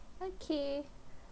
okay